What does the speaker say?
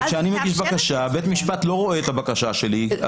כשאני מגיש בקשה, בית משפט לא רואה את הבקשה שלי.